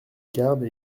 garde